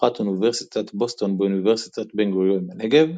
משלוחת אוניברסיטת בוסטון באוניברסיטת בן-גוריון בנגב,